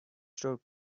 store